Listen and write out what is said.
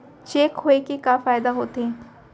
Cheque होए के का फाइदा होथे?